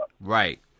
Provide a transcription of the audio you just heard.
Right